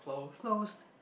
clothes